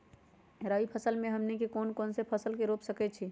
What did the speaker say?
रबी फसल में हमनी के कौन कौन से फसल रूप सकैछि?